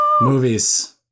Movies